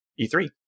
E3